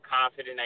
confident